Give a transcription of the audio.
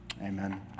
Amen